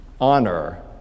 honor